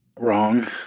Wrong